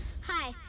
Hi